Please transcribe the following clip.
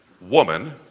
woman